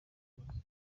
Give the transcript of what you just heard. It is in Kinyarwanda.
bose